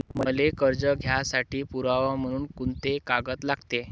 मले कर्ज घ्यासाठी पुरावा म्हनून कुंते कागद लागते?